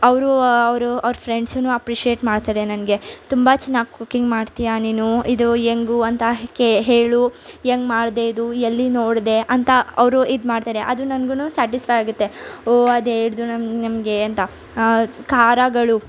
ಅವರು ಅವರು ಅವರ ಫೆಂಡ್ಸುನೂ ಅಪ್ರಿಷಿಯೇಟ್ ಮಾಡ್ತಾರೆ ನನಗೆ ತುಂಬ ಚೆನ್ನಾಗ್ ಕುಕ್ಕಿಂಗ್ ಮಾಡ್ತೀಯ ನೀನು ಇದು ಹೆಂಗೂ ಅಂತ ಕೆ ಹೇಳು ಹೆಂಗೆ ಮಾಡಿದೆ ಇದು ಎಲ್ಲಿ ನೋಡಿದೆ ಅಂತ ಅವರು ಇದು ಮಾಡ್ತಾರೆ ಅದು ನನಗೂನು ಸ್ಯಾಟಿಸ್ಫೈ ಆಗುತ್ತೆ ಹೊ ಅದೇ ಹಿಡಿದು ನಮಗೆಂಥ ಖಾರಗಳು